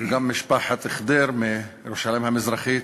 וגם משפחת אבו ח'דיר מירושלים המזרחית